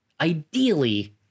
Ideally